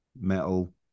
metal